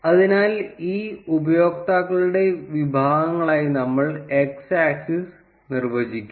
അതിനാൽ ഈ ഉപയോക്താക്കളുടെ വിഭാഗങ്ങളായി നമ്മൾ x axis നിർവ്വചിക്കും